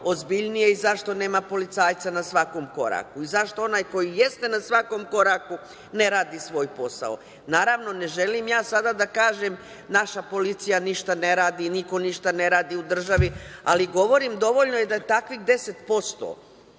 ozbiljnije i zašto nema policajca na svakom koraku, i zašto onaj koji jeste na svakom koraku ne radi svoj posao? Naravno, ne želim sada da kažem da naša policija ništa ne radi, niko ništa ne radi u državi, ali govorim dovoljno da je takvih 10%.